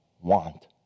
want